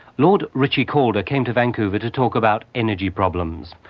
lord ritchie-calder came to vancouver to talk about energy problems,